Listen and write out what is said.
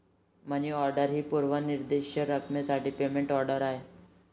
मनी order ही पूर्व निर्दिष्ट रकमेसाठी पेमेंट ऑर्डर आहे